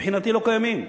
מבחינתי לא קיימים,